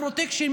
הפרוטקשן,